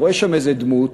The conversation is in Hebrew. אני רואה שם איזו דמות,